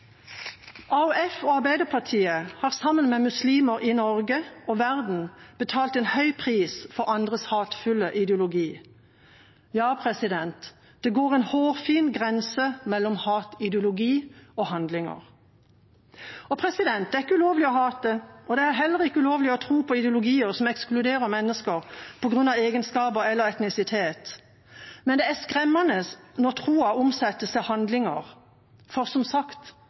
og Arbeiderpartiet har sammen med muslimer i Norge og verden betalt en høy pris for andres hatefulle ideologi. Ja, det går en hårfin grense mellom hatideologi og handlinger. Det er ikke ulovlig å hate, og det er heller ikke ulovlig å tro på ideologier som ekskluderer mennesker på grunn av egenskaper eller etnisitet. Men det er skremmende når troa omsettes til handlinger. For som sagt: